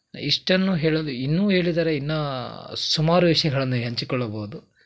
ಇಷ್ಟನ್ನು ಹೇಳಲು ಇನ್ನೂ ಹೇಳಿದರೆ ಇನ್ನೂ ಸುಮಾರು ವಿಷಯಗಳನ್ನು ಹಂಚಿಕೊಳ್ಳಬಹುದು